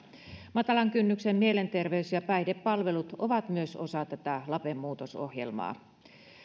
matalan kynnyksen mielenterveys ja päihdepalvelut ovat myös osa tätä lape muutosohjelmaa